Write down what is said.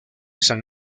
san